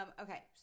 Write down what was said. Okay